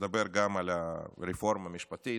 לדבר גם על הרפורמה המשפטית.